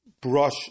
brush